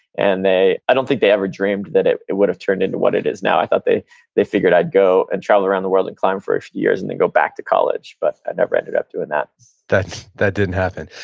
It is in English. and i don't think they ever dreamed that it it would have turned into what it is now. i thought they they figured i'd go and travel around the world and climb for a few years and then go back to college. but i never ended up doing that that that didn't happen.